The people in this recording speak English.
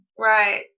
Right